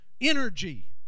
energy